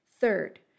Third